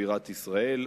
בירת ישראל,